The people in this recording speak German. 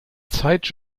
zeit